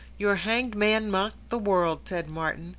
your hanged man mocked the world, said martin.